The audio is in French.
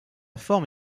forme